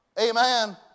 Amen